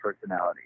personality